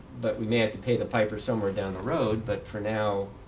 but we may have to pay the piper somewhere down the road but for now,